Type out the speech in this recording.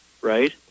right